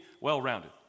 well-rounded